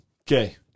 Okay